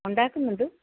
ഉണ്ടാക്കുന്നുണ്ട്